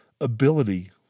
ability